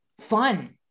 fun